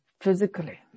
physically